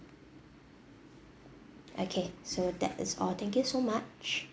okay so that is all thank you so much